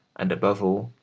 and above all,